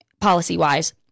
policy-wise